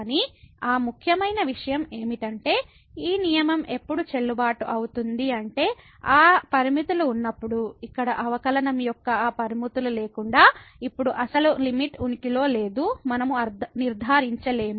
కానీ ఆ ముఖ్యమైన విషయం ఏమిటంటే ఈ నియమం ఎప్పుడు చెల్లుబాటు అవుతుంది అంటే ఆ లిమిట్ లు ఉన్నప్పుడు ఇక్కడ అవకలనం యొక్క ఆ లిమిట్ లు లేకుండా ఇప్పుడు అసలు లిమిట్ ఉనికిలో లేదు మనము నిర్ధారించలేము